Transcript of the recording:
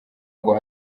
ngo